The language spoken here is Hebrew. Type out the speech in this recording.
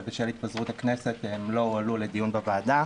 ובשל התפזרות הכנסת הן לא הועלו לדיון בוועדה.